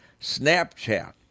Snapchat